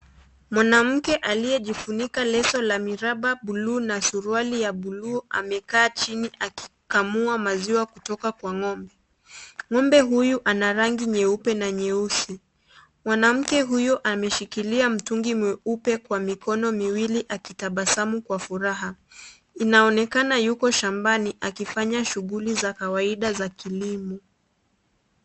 Mwanamke aliyejifunika leso la miraba bluu na suruali ya bluu amekaa chini akikamua maziwa kutoka kwa ng'ombe, ng'ombe huyu anarangi nyeupe na nyeusi, mwanamke huyu ameshikilia mtungi mweupe kwa mikono miwili akiyabasamu kwa furaha inaonekana yuko shambani akifanya shuguli za kawaida za kilimo.